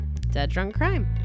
deaddrunkcrime